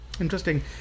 Interesting